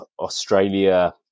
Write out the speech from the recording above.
Australia